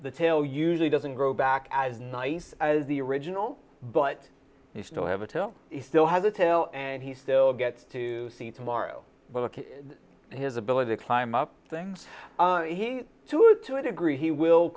the tail usually doesn't grow back as nice as the original but you still have a till he still has a tail and he still gets to see tomorrow his ability to climb up things to it to a degree he will